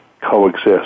coexist